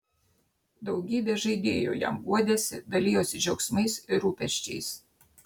daugybė žaidėjų jam guodėsi dalijosi džiaugsmais ir rūpesčiais